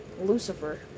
Lucifer